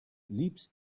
leaps